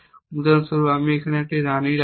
উদাহরণস্বরূপ আমি এখানে একটি রাণী রাখি